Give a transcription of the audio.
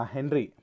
Henry